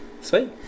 Sweet